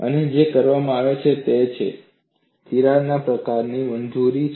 અને જે કરવામાં આવે છે તે છે તિરાડને પ્રચાર કરવાની મંજૂરી છે